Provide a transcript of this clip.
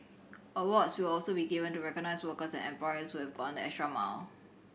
awards will also be given to recognise workers and employers who have gone the extra mile